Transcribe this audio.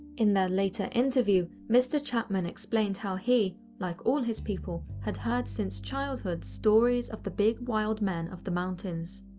in their later interview, mr chapman explained how he, like all of his people, had heard since childhood, stories of the big wild men of the mountains.